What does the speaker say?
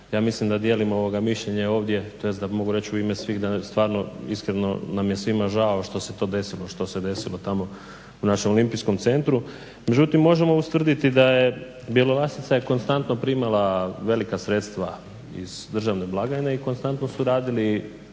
Ja mislim da dijelimo mišljenje ovdje, tj. da mogu reći u ime svih da stvarno iskreno nam je svima žao što se to desilo što se desilo tamo u našem olimpijskom centru, međutim možemo ustvrditi da je Bjelolasica konstantno primala velika sredstva iz državne blagajne i konstantno su radili